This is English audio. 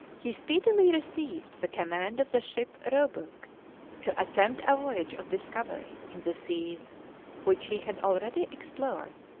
he speedily received the command of the ship roebuck to attempt a voyage of discovery in the seas which he had already explored.